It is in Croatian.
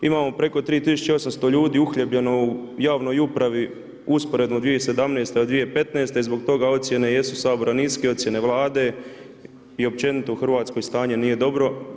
Imamo preko 3800 ljudi uhljebljeno u javnoj upravi usporedno od 2017. do 2015. zbog toga ocjene jesu Sabora niske, ocjene Vlade i općenito u Hrvatskoj stanje nije dobro.